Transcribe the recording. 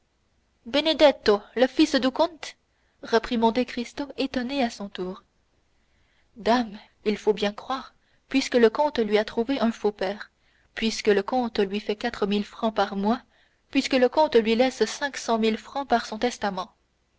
sommes benedetto le fils du comte reprit monte cristo étonné à son tour dame il faut bien croire puisque le comte lui a trouvé un faux père puisque le comte lui fait quatre mille francs par mois puisque le comte lui laisse cinq cent mille francs par son testament